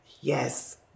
yes